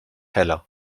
heller